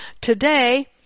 Today